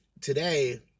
today